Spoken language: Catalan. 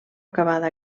acabada